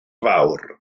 fawr